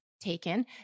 taken